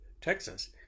Texas